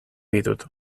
ditut